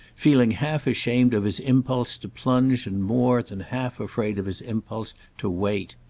feeling half ashamed of his impulse to plunge and more than half afraid of his impulse to wait.